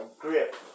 grip